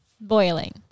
Boiling